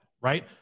right